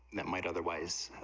that might otherwise,